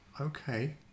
Okay